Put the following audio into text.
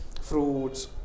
fruits